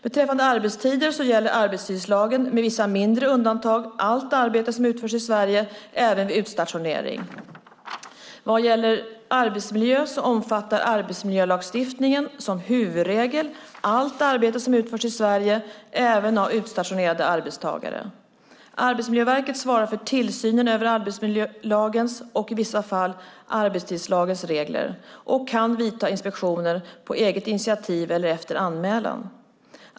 Beträffande arbetstider gäller arbetstidslagen med vissa mindre undantag allt arbete som utförs i Sverige även vid utstationering. Vad gäller arbetsmiljö omfattar arbetsmiljölagstiftningen som huvudregel allt arbete som utförs i Sverige även av utstationerade arbetstagare. Arbetsmiljöverket svarar för tillsynen av arbetsmiljölagens och i vissa fall arbetstidslagens regler och kan vidta inspektioner på eget initiativ eller efter anmälan.